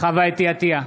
חוה אתי עטייה,